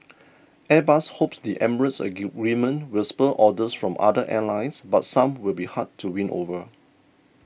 airbus hopes the Emirates agreement will spur orders from other airlines but some will be hard to win over